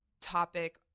topic